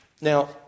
Now